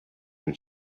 then